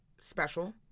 special